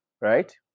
right